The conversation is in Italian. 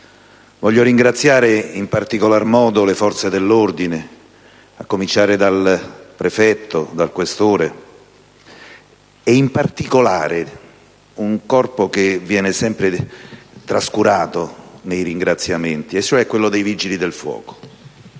Voglio ringraziare in particolar modo le forze dell'ordine, a cominciare dal prefetto e dal questore e, in particolare, un Corpo che viene sempre trascurato nei ringraziamenti, quello dei Vigili del fuoco,